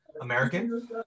American